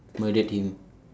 murdered him